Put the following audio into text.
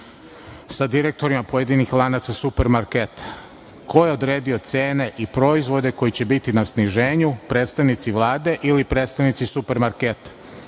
sa direktorima pojedinih lanaca supermarketa? Ko je odredio cene i proizvode koji će biti na sniženju, predstavnici Vlade ili predstavnici super marketa?